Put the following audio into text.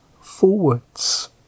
forwards